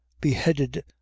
beheaded